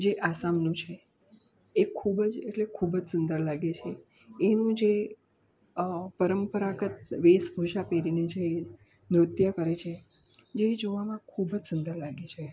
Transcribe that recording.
જે આસામનું છે એ ખૂબ જ એટલે ખૂબ જ સુંદર લાગે છે એવું જે પરંપરાગત વેશભૂષા પહેરી ને જે નૃત્ય કરે જે જોવામાં ખૂબ જ સુંદર લાગે છે